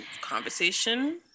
conversation